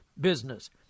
business